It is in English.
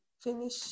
finish